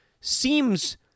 seems